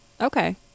Okay